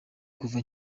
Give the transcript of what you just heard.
kuva